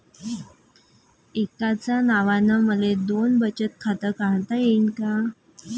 एकाच नावानं मले दोन बचत खातं काढता येईन का?